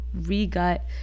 re-gut